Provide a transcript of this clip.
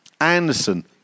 Anderson